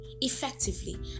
effectively